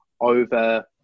over